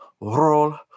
roll